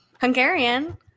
Hungarian